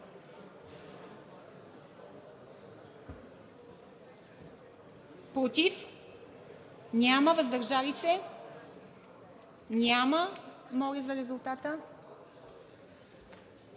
Против? Няма. Въздържали се? Няма. Моля за резултата.